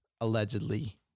allegedly